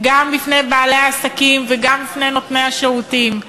גם בפני בעלי העסקים וגם בפני נותני השירותים,